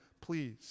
please